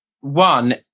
one